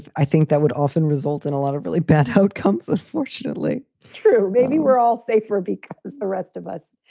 i think that would often result in a lot of really bad outcomes, unfortunately. true. maybe we're all safer because the rest of us.